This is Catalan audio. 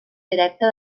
directe